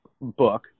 book